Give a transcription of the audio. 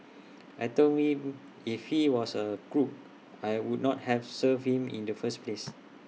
I Told him if he was A crook I would not have served him in the first place